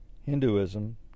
hinduism